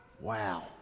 Wow